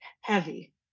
heavy